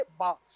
hitbox